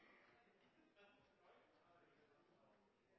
en